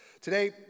Today